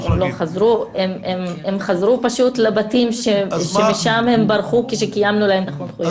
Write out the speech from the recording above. הם חזרו פשוט לבתים שמשם הם ברחו כשקיימנו להם את החונכויות.